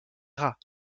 rats